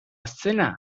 zena